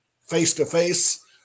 face-to-face